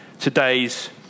today's